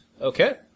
Okay